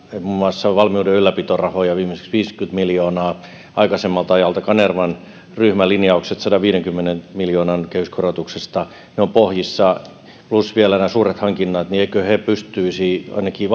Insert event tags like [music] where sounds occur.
muun muassa valmiuden ylläpitorahoja viimeiseksi viisikymmentä miljoonaa aikaisemmalta ajalta kanervan ryhmän linjaukset sadanviidenkymmenen miljoonan kehyskorotuksesta ovat pohjissa plus vielä nämä suuret hankinnat joten eivätkö he pystyisi ainakin [unintelligible]